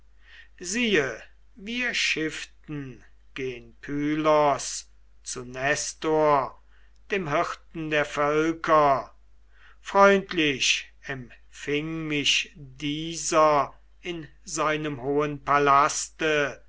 siehe wir schifften gen pylos zu nestor dem hirten der völker freundlich empfing mich dieser in seinem hohen palaste